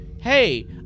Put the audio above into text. hey